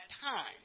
time